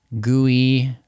gooey